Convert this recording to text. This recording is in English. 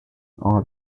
all